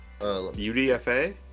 UDFA